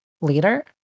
later